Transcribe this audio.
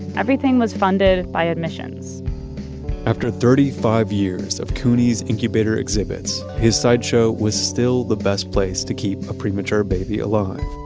everything was funded by admissions after thirty five years of couney's incubator exhibits, his sideshow was still the best place to keep a premature baby alive.